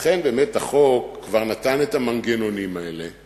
לכן באמת החוק נתן כבר את המנגנונים האלה,